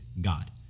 God